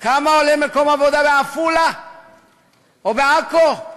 כמה עולה מקום עבודה בעפולה או בעכו?